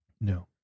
No